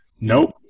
nope